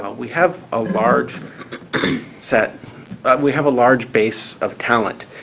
ah we have a large set we have a large base of talent,